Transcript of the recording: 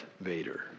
Vader